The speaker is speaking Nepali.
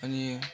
अनि